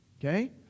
Okay